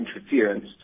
interference